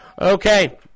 Okay